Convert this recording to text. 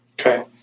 Okay